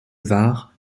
var